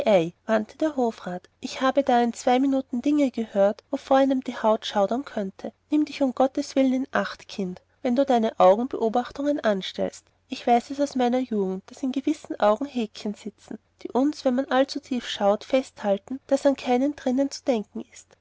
der hofrat ich habe da in zwei minuten dinge gehört wovor einem die haut schaudern könnte nimm dich um gottes willen in acht kind wenn du deine augenbeobachtungen anstellst ich weiß es aus meiner jugend daß in gewissen augen häkchen sitzen die uns wenn man allzu tief schaut festhalten daß an kein entrinnen zu denken ist